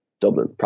Dublin